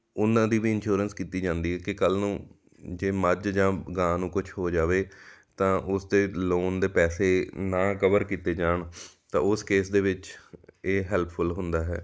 ਉਹਨਾਂ ਦੀ ਵੀ ਇੰਸ਼ੋਰੈਂਸ ਕੀਤੀ ਜਾਂਦੀ ਹੈ ਕਿ ਕੱਲ੍ਹ ਨੂੰ ਜੇ ਮੱਝ ਜਾਂ ਗਾਂ ਨੂੰ ਕੁਛ ਹੋ ਜਾਵੇ ਤਾਂ ਉਸਦੇ ਲੋਨ ਦੇ ਪੈਸੇ ਨਾ ਕਵਰ ਕੀਤੇ ਜਾਣ ਤਾਂ ਉਸ ਕੇਸ ਦੇ ਵਿੱਚ ਇਹ ਹੈਲਪਫੁੱਲ ਹੁੰਦਾ ਹੈ